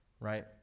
right